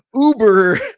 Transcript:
uber